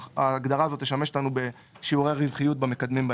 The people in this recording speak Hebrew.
ההגדרה הזאת תשמש אותנו בהמשך בשיעורי הרווחיות במקדמים.